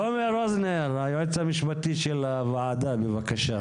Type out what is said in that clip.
תומר רוזנר, היועץ המשפטי של הוועדה, בבקשה.